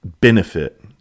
benefit